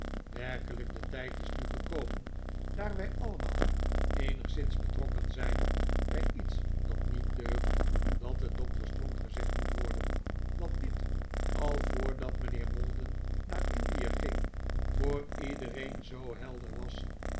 werkelijk de tijd is nu gekomen daar wij allemaal eenigszins betrokken zijn bij iets dat niet deugt dat het doctor strong gezegd moet worden dat dit al voordat mijnheer maldon naar indie ging voor iedereen zoo helder was